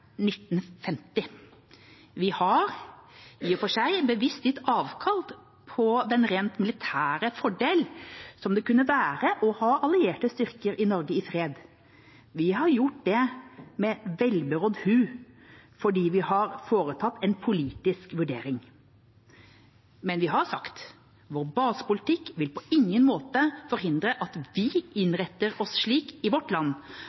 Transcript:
1950: «Vi har i og for seg bevisst gitt avkall på den rent militære fordel som det kunne være å ha allierte styrker i Norge i fred. Vi har gjort det med velberådd hu fordi vi har foretatt en politisk vurdering Men vi har sagt, vår basepolitikk vil på ingen måte forhindre at vi innretter oss slik i vårt land